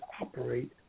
operate